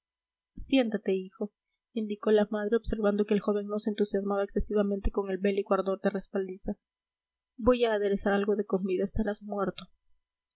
siéntate hijo indicó la madre observando que el joven no se entusiasmaba excesivamente con el bélico ardor de respaldiza voy a aderezar algo de comida estarás muerto